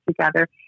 together